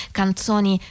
canzoni